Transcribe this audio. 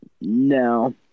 No